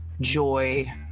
joy